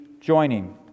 joining